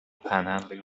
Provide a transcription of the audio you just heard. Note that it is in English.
panhandling